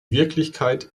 wirklichkeit